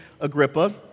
Agrippa